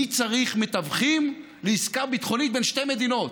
מי צריך מתווכים לעסקה ביטחונית בין שתי מדינות?